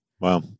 Wow